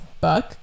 book